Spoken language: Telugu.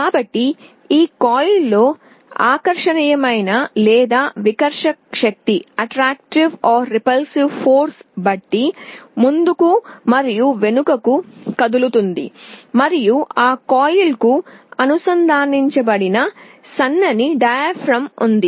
కాబట్టి ఈ కాయిల్ ఆకర్షణీయమైన లేదా వికర్షక శక్తిని బట్టి ముందుకు మరియు వెనుకకు కదులుతుంది మరియు ఆ కాయిల్కు అనుసంధానించబడిన సన్నని డయాఫ్రమ్ ఉంది